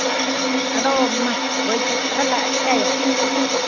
ᱟᱫᱚ ᱢᱟ ᱵᱟᱹᱧ ᱥᱯᱨᱮ ᱞᱮᱫᱟ ᱪᱤᱠᱟᱹᱭᱟᱢ